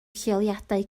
lleoliadau